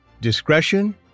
discretion